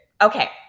Okay